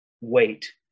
wait